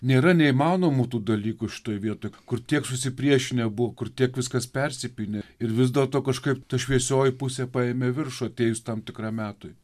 nėra neįmanomų tų dalykų šitoj vietoj kur tiek susipriešinę buvo kur tiek viskas persipynę ir vis dėlto kažkaip ta šviesioji pusė paėmė viršų atėjus tam tikram metui